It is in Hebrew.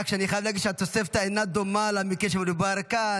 רק אני חייב להגיד שהתוספתא אינה דומה למקרה שמדובר בו כאן.